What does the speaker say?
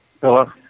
Hello